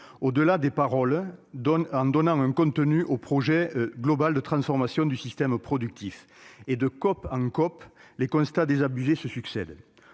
au-delà des paroles, peu sont ceux qui donnent un contenu au projet global de transformation du système productif. De COP en COP, les constats désabusés se succèdent.